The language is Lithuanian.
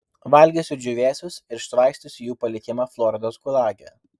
valgysiu džiūvėsius ir švaistysiu jų palikimą floridos gulage